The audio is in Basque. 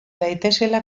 daitezela